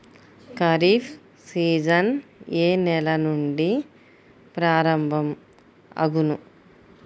Kharif season ఏ నెల నుండి ప్రారంభం అగును?